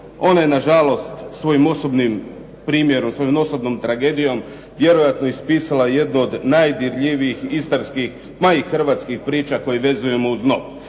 Ona je, na žalost, svojim osobnim primjerom, svojom osobnom tragedijom vjerojatno ispisala jednu od najdirljivijih istarskih, ma i hrvatskih priča koje vezujemo uz NOB.